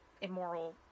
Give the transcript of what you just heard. immoral